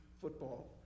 football